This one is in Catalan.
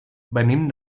venim